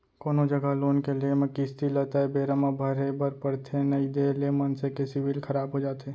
कोनो जघा लोन के लेए म किस्ती ल तय बेरा म भरे बर परथे नइ देय ले मनसे के सिविल खराब हो जाथे